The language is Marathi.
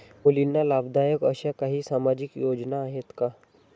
मुलींना लाभदायक अशा काही सामाजिक योजना आहेत का?